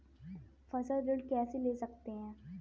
फसल ऋण कैसे ले सकते हैं?